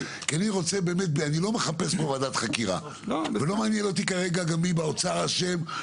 כי אני לא מחפש פה ועדת חקירה וגם לא מעניין אותי כרגע מי באוצר אשם.